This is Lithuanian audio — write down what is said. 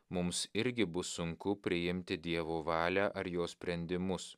mums irgi bus sunku priimti dievo valią ar jo sprendimus